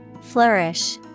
Flourish